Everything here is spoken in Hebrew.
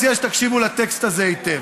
ואני מציע שתקשיבו לטקסט הזה היטב: